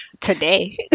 Today